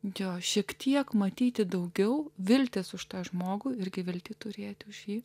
jo šiek tiek matyti daugiau vilties už tą žmogų irgi viltį turėti šį